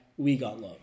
WeGotLove